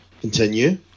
Continue